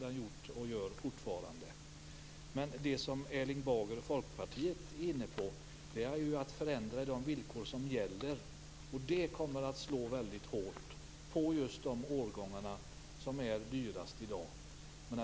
Det gör den fortfarande. Det som Erling Bager och Folkpartiet är inne på är att förändra de villkor som gäller. Det kommer att slå väldigt hårt på de årgångar som är dyrast i dag.